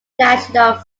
national